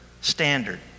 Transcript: standard